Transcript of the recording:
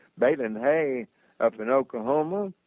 bailing hay up in oklahoma.